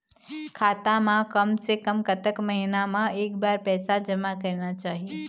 खाता मा कम से कम कतक महीना मा एक बार पैसा जमा करना चाही?